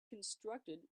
constructed